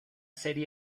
serie